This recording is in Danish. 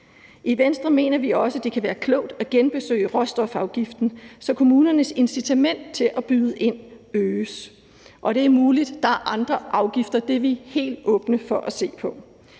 I Venstre mener vi også, at det kan være klogt at genbesøge råstofafgiften, så kommunernes incitament til at byde ind øges, og det er muligt, at der er andre afgifter. Det er vi helt åbne for at se på.